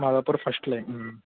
Madhapur first line